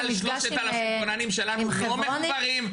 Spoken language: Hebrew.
מעל ל-3,000 כוננים שלנו לא מחוברים.